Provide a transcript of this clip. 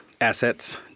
assets